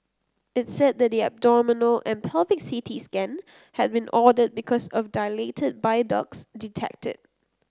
it said the abdominal and pelvic C T scan had been ordered because of dilated bile ducts detected